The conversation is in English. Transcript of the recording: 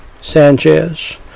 Sanchez